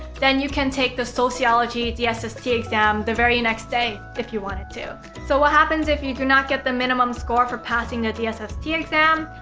then, you can take the sociology dsst exam the very next day if you wanted to. so what happens if you do not get the minimum score for passing a dsst exam?